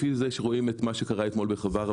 לפי זה שרואים את מה שקרה אתמול בחווארה